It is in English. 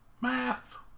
Math